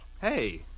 Hey